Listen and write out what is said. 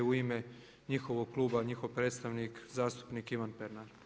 U ime njihovog kluba, njihov predstavnik zastupnik Ivan Pernar.